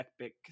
Epic